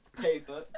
paper